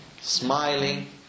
smiling